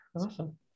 Awesome